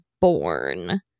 born